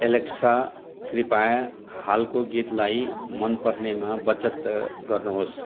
Alexa कृपया हालको गीतलाई मन पर्नेमा बचत गर्नुहोस्